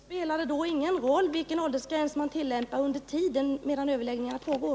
Herr talman! Spelar det då ingen roll vilken åldersgräns som tillämpas under den tid överläggningarna pågår?